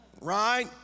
right